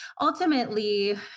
ultimately